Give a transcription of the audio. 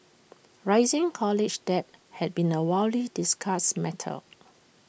rising college debt had been A widely discussed matter